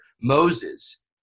Moses